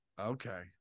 Okay